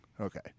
Okay